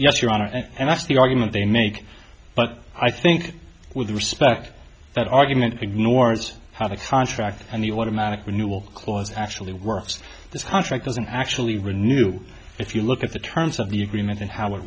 yes your honor and that's the argument they make but i think with respect that argument ignores how the contract and the automatic renewal clause actually works this contract doesn't actually renew if you look at the terms of the agreement and how it